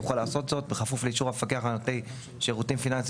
יוכל לעשות זאת בכפוף לאישור המפקח הנותן שירותים פיננסים